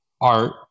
art